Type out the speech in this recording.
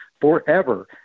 forever